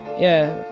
yeah.